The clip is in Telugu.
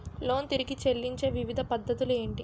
లోన్ తిరిగి చెల్లించే వివిధ పద్ధతులు ఏంటి?